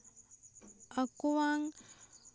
ᱟᱠᱚᱣᱟᱝ